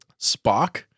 Spock